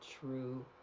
true